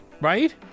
Right